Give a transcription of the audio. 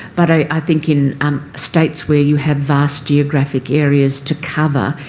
but i think in um states where you have vast geographic areas to cover,